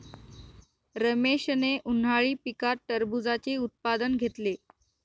रमेशने उन्हाळी पिकात टरबूजाचे उत्पादन घेतले